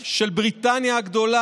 של בריטניה הגדולה,